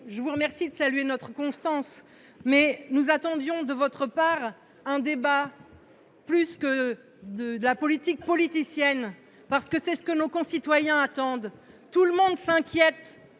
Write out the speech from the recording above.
Je vous remercie de saluer notre constance, mais nous attendions de votre part un vrai débat plutôt que de la politique politicienne. C’est ce que nos concitoyens attendent ! Tous sont inquiets